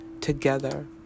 together